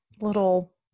little